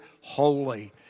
holy